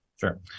Sure